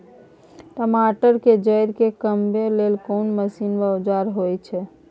टमाटर के जईर के कमबै के लेल कोन मसीन व औजार होय छै?